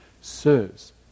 Sirs